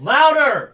Louder